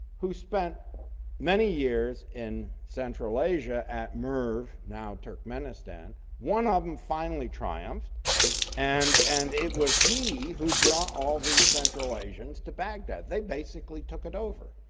who spent many years in central asia at merv now turkmenistan, one ah of them finally triumphed and and it was he who brought all of these central asians to baghdad, they basically took it over.